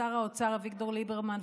שר האוצר אביגדור ליברמן ואני,